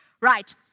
Right